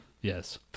Yes